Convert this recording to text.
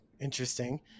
interesting